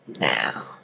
now